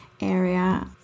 area